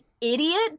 idiot